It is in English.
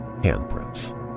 handprints